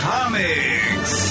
Comics